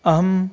अहं